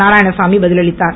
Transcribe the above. நாராயணசாமி பதில் அளித்தார்